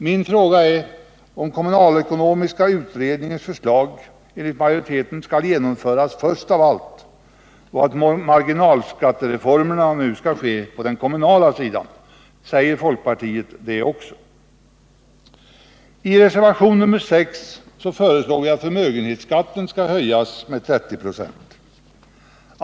Min fråga är om kommunalekonomiska utredningens förslag enligt majoriteten skall genomföras först av allt, och om marginalskattereformerna nu skall ske på den kommunala sidan. Säger folkpartiet det också? I reservationen 6 föreslår vi att förmögenhetsskatten skall höjas med 30 96.